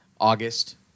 August